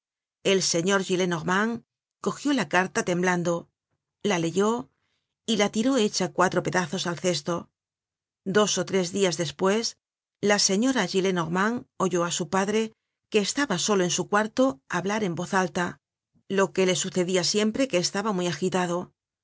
el señor gillenormand cogió la carta temblando la leyó y la tiró hecha cuatro pedazos al cesto dos ó tres dias despues la señorita gillenormand oyó á su padre que estaba solo en su cuarto hablar en voz alta lo que le sucediasiempre que estaba muy agitado